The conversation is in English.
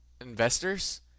investors